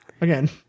Again